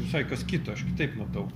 visai kas kita aš kitaip matau